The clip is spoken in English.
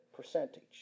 percentage